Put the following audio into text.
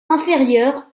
inférieurs